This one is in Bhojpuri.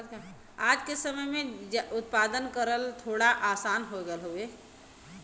आज के समय में उत्पादन करल थोड़ा आसान हो गयल हउवे